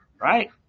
right